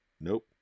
nope